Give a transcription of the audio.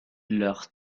leur